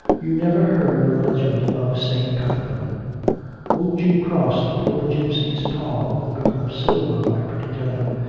you never heard of the legend of st. cuthman won't you cross the poor gipsy's palm with a bit of silver, my pretty gentleman,